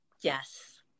yes